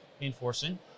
enforcing